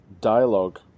dialogue